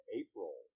april